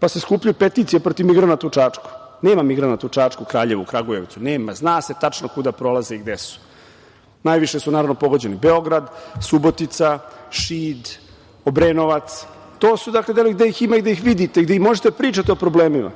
Pa se skupljaju peticije protiv migranata u Čačku. Nema migranata u Čačku, Kraljevu, Kragujevcu, nema. Zna se tačno kuda prolaze i gde su. Najviše su pogođeni Beograd, Subotica, Šid, Obrenovac. To su delovi gde ih ima i gde ih vidite, gde možete da pričate o problemima,